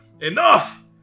Enough